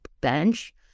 bench